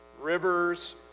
rivers